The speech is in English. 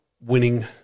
winning